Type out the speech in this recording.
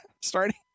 Starting